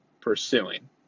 pursuing